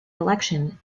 election